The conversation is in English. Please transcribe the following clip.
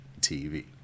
TV